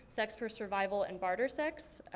sex for survival and barter sex,